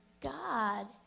God